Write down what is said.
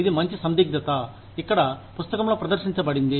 ఇది మంచి సందిగ్దత ఇక్కడ పుస్తకంలో ప్రదర్శించబడింది